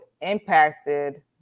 impacted